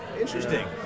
interesting